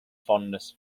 fondness